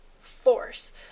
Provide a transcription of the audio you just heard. force